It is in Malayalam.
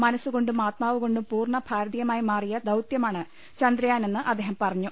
മനസ്സുകൊണ്ടും ആത്മാവുകൊണ്ടും പൂർണ്ണ ഭാരതീയമായി മാറിയ ദൌത്യമാണ് ചന്ദ്രയാനെന്ന് അദ്ദേഹം പറഞ്ഞു